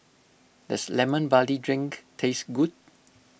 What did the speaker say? does Lemon Barley Drink taste good